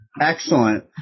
Excellent